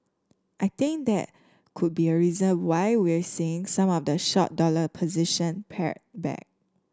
I think that could be a reason why we're seeing some of the short dollar position pared back